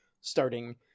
starting